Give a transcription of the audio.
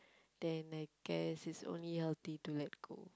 then I guess it's only healthy to let go